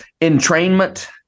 entrainment